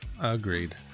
Agreed